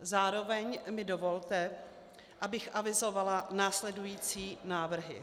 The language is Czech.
Zároveň mi dovolte, abych avizovala následující návrhy.